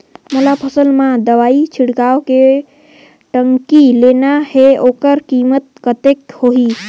मोला फसल मां दवाई छिड़काव के टंकी लेना हे ओकर कीमत कतेक होही?